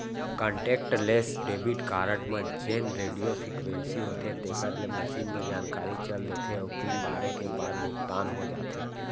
contactless debit card म जेन radio frequency होथे तेकर ले मसीन म जानकारी चल देथे अउ पिन डारे के बाद भुगतान हो जाथे